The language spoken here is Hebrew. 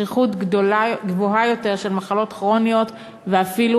שכיחות גבוהה יותר של מחלות כרוניות ואפילו,